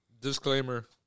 Disclaimer